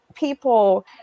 people